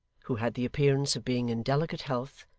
who had the appearance of being in delicate health,